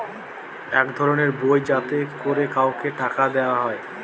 এক ধরনের বই যাতে করে কাউকে টাকা দেয়া হয়